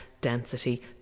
density